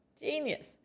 genius